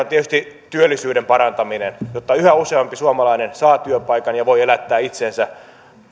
tietysti työllisyyden parantaminen jotta yhä useampi suomalainen saa työpaikan ja voi elättää itsensä